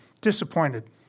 disappointed